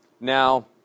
Now